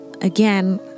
again